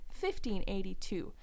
1582